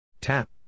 Tap